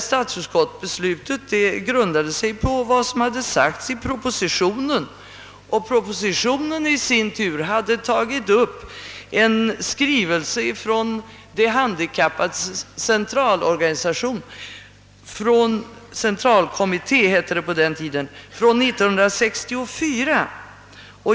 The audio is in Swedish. Statsutskottets förslag grundade sig på vad som sagts i propositionen, och propositionen i sin tur hade tagit upp en skrivelse från De handikappades centralkommitté i oktober 1964.